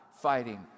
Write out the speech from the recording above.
fighting